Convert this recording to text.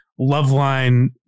Loveline